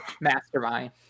Mastermind